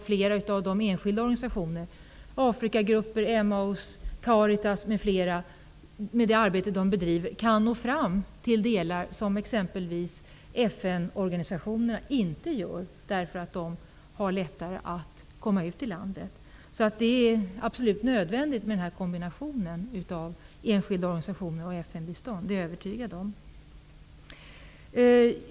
Flera av de enskilda organisationerna, Afrikagrupperna, Emaus, Caritas m.fl., kan nämligen nå fram till områden som exempelvis FN-organisationerna inte når. Det är absolut nödvändigt med kombinationen av enskilda organisationer och FN-bistånd. Det är jag övertygad om.